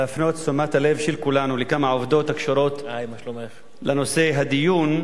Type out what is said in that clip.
להפנות את תשומת הלב של כולנו לכמה עובדות הקשורות לנושא הדיון,